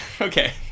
Okay